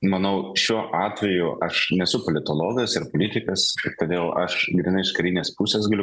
manau šiuo atveju aš nesu politologas ir politikas todėl aš grynai iš karinės pusės galiu